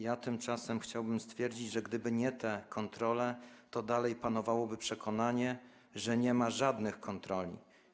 Ja tymczasem chciałbym stwierdzić, że gdyby nie te kontrole, to dalej panowałoby przekonanie, że nie ma żadnych kontroli.